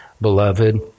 beloved